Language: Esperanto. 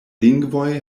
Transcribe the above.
lingvoj